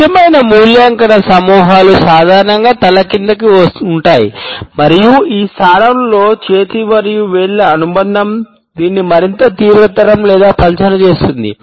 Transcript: ముఖ్యమైన మూల్యాంకన సమూహాలు సాధారణంగా తల కిందకు ఉంటాయి మరియు ఈ స్థానంతో చేతి మరియు వేళ్ల అనుబంధం దీనిని మరింత తీవ్రతరం లేదా పలుచన చేస్తుంది